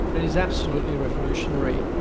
it's absolutely revolutionary.